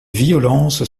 violences